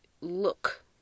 look